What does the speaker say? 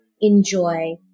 enjoy